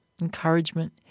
encouragement